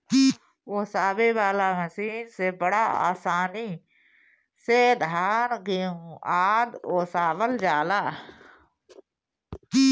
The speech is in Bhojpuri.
ओसावे वाला मशीन से बड़ा आसानी से धान, गेंहू आदि ओसावल जाला